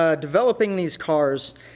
ah developing these cars,